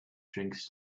drinks